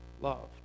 loved